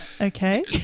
okay